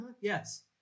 Yes